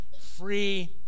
free